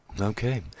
Okay